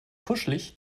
kuschelig